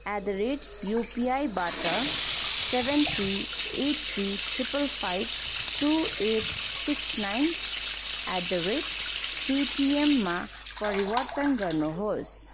at the rate युपिआईबाट seven three eight three triple five two eight six nine at the rate पेटिएममा परिवर्तन गर्नुहोस्